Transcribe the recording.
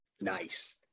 Nice